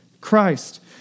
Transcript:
Christ